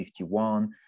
51